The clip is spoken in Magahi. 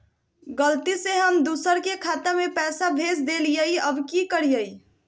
गलती से हम दुसर के खाता में पैसा भेज देलियेई, अब की करियई?